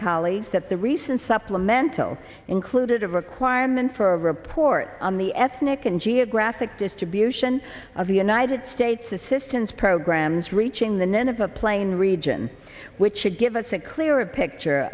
colleagues that the recent supplemental included a requirement for a report on the ethnic and geographic distribution of the united states assistance programs reaching the nineveh plain region which should give us a clearer picture